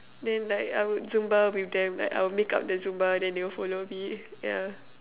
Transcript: then like I would Zumba with them like I'll make up the Zumba then they will follow me yeah